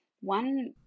One